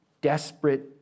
Desperate